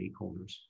stakeholders